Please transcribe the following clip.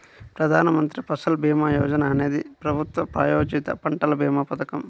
ప్రధాన్ మంత్రి ఫసల్ భీమా యోజన అనేది ప్రభుత్వ ప్రాయోజిత పంటల భీమా పథకం